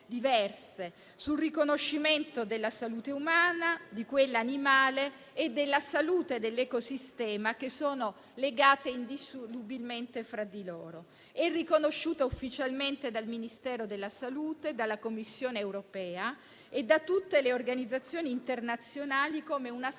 sul riconoscimento della salute umana, di quella animale e della salute dell'ecosistema in quanto legati indissolubilmente fra di loro. Tale strategia è riconosciuta ufficialmente dal Ministero della salute, dalla Commissione europea e da tutte le organizzazioni internazionali come una strategia